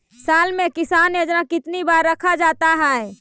साल में किसान योजना कितनी बार रखा जाता है?